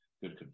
good